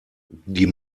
die